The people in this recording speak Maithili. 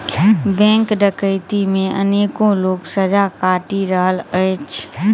बैंक डकैती मे अनेको लोक सजा काटि रहल अछि